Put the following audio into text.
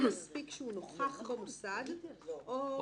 האם מספיק שהוא נוכח במוסד או ---?